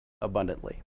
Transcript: abundantly